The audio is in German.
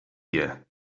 wir